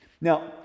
Now